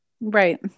Right